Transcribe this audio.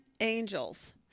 angels